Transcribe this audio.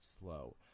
slow